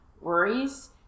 worries